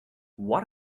what